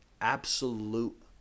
absolute